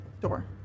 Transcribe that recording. Door